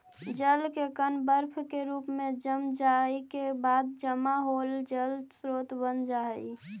जल के कण बर्फ के रूप में जम जाए के बाद जमा होल जल स्रोत बन जा हई